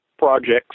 projects